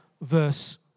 verse